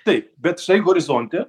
taip bet štai horizonte